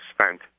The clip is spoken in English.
spent